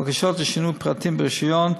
בקשות לשינוי פרטים ברישיון,